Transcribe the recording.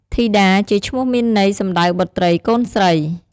ធីតា ជាឈ្មោះ មានន័យ សំដៅ បុត្រី កូនស្រី។